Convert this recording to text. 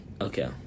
Okay